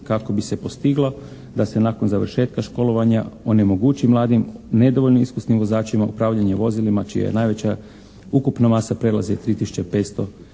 kako bi se postiglo da se nakon završetka školovanja onemogući mladim, nedovoljno iskusnim vozačima upravljanje vozilima, čija najveća ukupna masa prelazi 3